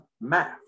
math